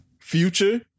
Future